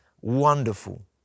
wonderful